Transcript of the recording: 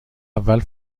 اول